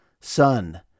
son